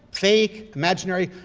fake, imaginary?